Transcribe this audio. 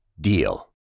DEAL